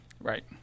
Right